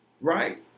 Right